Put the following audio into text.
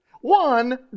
One